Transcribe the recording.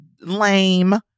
lame